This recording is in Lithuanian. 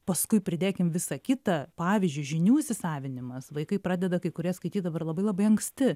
paskui pridėkim visa kita pavyzdžiui žinių įsisavinimas vaikai pradeda kai kurie skaityt dabar labai labai anksti